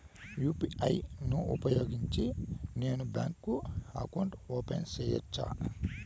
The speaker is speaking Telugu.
యు.పి.ఐ ను ఉపయోగించి నేను బ్యాంకు అకౌంట్ ఓపెన్ సేయొచ్చా?